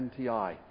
MTI